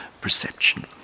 perception